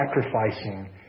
sacrificing